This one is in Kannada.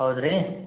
ಹೌದು ರೀ